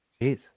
Jeez